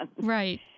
Right